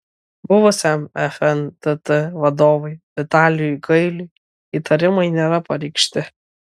buvusiam fntt vadovui vitalijui gailiui įtarimai nėra pareikšti